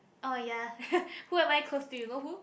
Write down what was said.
oh yea who am I close to you know who